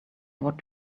what